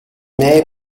may